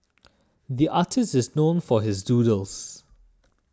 the artist is known for his doodles